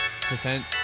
percent